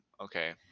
Okay